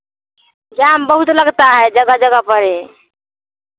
जाम बहुत लगता है जगह जगह पर यह